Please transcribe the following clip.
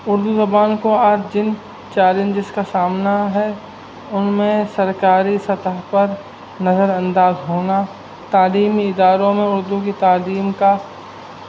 اردو زبان کو اور جن چیلنجز کا سامنا ہے ان میں سرکاری سطح پر نظر انداز ہونا تعلیمی اداروں میں اردو کی تعلیم کا